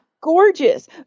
gorgeous